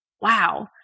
wow